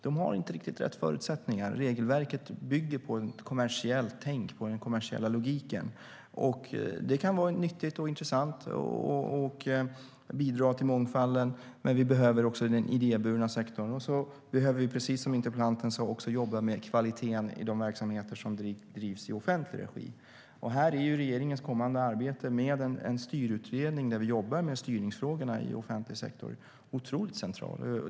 De har dock inte riktigt rätt förutsättningar, för regelverket bygger på ett kommersiellt tänk och på den kommersiella logiken. Detta kan vara nyttigt och intressant och bidra till mångfalden, men vi behöver även den idéburna sektorn. Precis som interpellanten sa behöver vi också jobba med kvaliteten i de verksamheter som drivs i offentlig regi. Här är regeringens kommande arbete med en styrutredning, där vi jobbar med styrningsfrågorna i offentlig sektor, otroligt centralt.